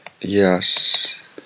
Yes